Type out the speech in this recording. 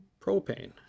propane